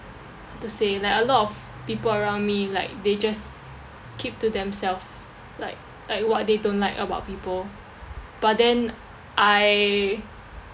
to say like a lot of people around me like they just keep to themselves like like what they don't like about people but then I